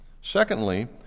Secondly